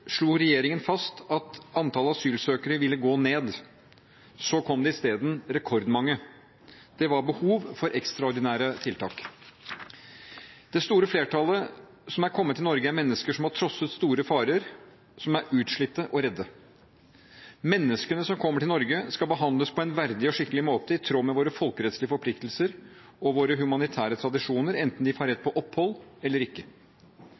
slo regjeringen fast at antallet asylsøkere ville gå ned. Så kom det isteden rekordmange. Det var behov for ekstraordinære tiltak. Det store flertallet som er kommet til Norge, er mennesker som har trosset store farer, som er utslitte og redde. Menneskene som kommer til Norge, skal behandles på en verdig og skikkelig måte, i tråd med våre folkerettslige forpliktelser og våre humanitære tradisjoner, enten de har rett på opphold eller ikke.